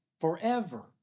forever